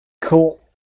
Cool